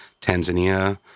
Tanzania